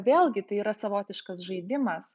vėlgi tai yra savotiškas žaidimas